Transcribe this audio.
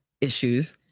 issues